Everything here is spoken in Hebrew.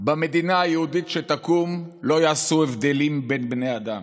במדינה היהודית שתקום לא יעשו הבדלים בין בני אדם,